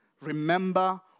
Remember